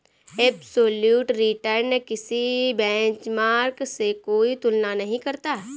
absolute return किसी benchmark से कोई तुलना नहीं करता